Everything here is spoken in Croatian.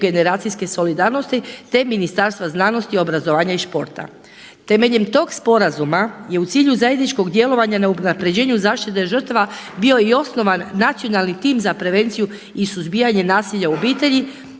međugeneracijske solidarnosti te Ministarstva znanosti, obrazovanja i športa. Temeljem tog sporazuma je u cilju zajedničkog djelovanja na unaprjeđenju zaštite žrtava bio i osnovan nacionalni tim za prevenciju i suzbijanje nasilja u obitelji